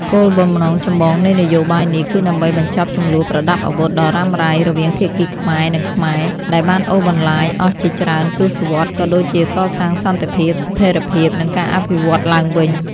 គោលបំណងចម្បងនៃនយោបាយនេះ គឺដើម្បីបញ្ចប់ជម្លោះប្រដាប់អាវុធដ៏រ៉ាំរ៉ៃ រវាងភាគីខ្មែរ និងខ្មែរ ដែលបានអូសបន្លាយអស់ជាច្រើនទសវត្សរ៍ក៏ដូចជាកសាងសន្តិភាព ស្ថិរភាព និងការអភិវឌ្ឍឡើងវិញ។